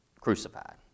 crucified